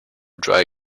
dry